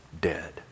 dead